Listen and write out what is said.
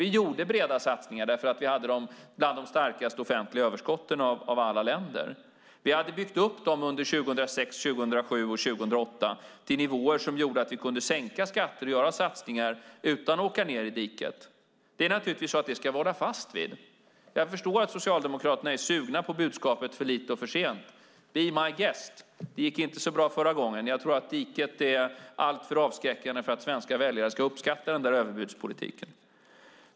Vi gjorde breda satsningar, för vi hade bland de starkaste offentliga överskotten av alla länder. Vi hade byggt upp dem under 2006, 2007 och 2008 till nivåer som gjorde att vi kunde sänka skatter och göra satsningar utan att åka ned i diket. Det ska vi naturligtvis hålla fast vid. Jag förstår att Socialdemokraterna är sugna på budskapet "för lite och för sent". Be my guest! Det gick inte så bra förra gången. Jag tror att diket är alltför avskräckande för att svenska väljare ska uppskatta den där överbudspolitiken.